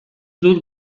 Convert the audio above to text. dut